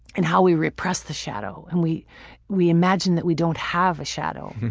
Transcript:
and how we repress the shadow. and we we imagine that we don't have a shadow.